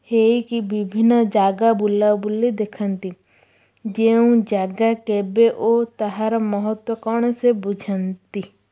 ହେଇକି ବିଭିନ୍ନ ଯାଗା ବୁଲାବୁଲି ଦେଖାନ୍ତି ଯେଉଁ ଯାଗା କେବେ ଓ ତାହାର ମହତ୍ତ୍ୱ କ'ଣ ସେ ବୁଝାନ୍ତି